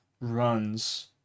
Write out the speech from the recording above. runs